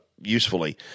usefully